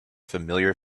familiar